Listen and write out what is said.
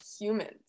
humans